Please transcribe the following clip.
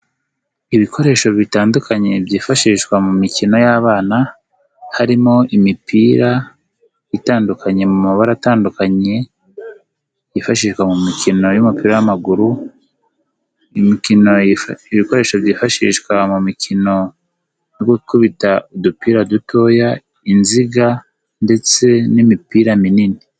Ibikoresho bitandukanye byifashishwa mu mikino y'abana harimo imipira itandukanye mu mabara atandukanye, yifashishwa mu mikino y'umupira w'amaguru, iyi mikino ibikoresho byifashishwa mu mikino yo gukubita udupira dutoya, inziga ndetse n'imipira minini.